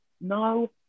No